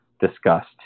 discussed